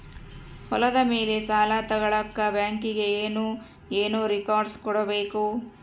ಹೊಲದ ಮೇಲೆ ಸಾಲ ತಗಳಕ ಬ್ಯಾಂಕಿಗೆ ಏನು ಏನು ರೆಕಾರ್ಡ್ಸ್ ಕೊಡಬೇಕು?